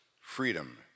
freedom